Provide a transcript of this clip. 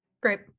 Great